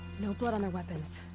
no blood on their weapons.